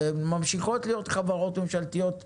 ממשיכות להיות חברות ממשלתיות משגשגות.